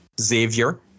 Xavier